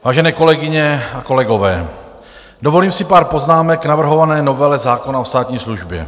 Vážené kolegyně a kolegové, dovolím si pár poznámek k navrhované novele zákona o státní službě.